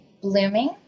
blooming